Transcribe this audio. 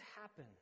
happen